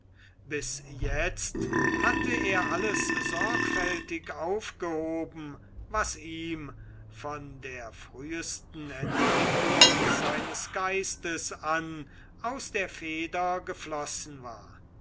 bis jetzt hatte er alles sorgfältig aufgehoben was ihm von der frühsten entwicklung seines geistes an aus der feder geflossen war